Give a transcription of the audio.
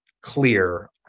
clear